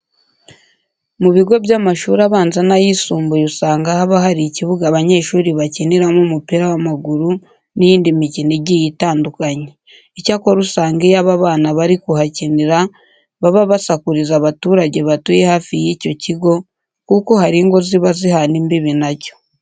Mu bigo by'amashuri abanza n'ayisumbuye usanga haba hari ikibuga abanyeshuri bakiniramo umupira w'amaguru n'iyindi mikino igiye itandukanye. Icyakora usanga iyo aba bana bari kuhakinira baba basakuriza abaturage batuye hafi y'icyo kigo, kuko hari ingo ziba zihana imbibi na cyo.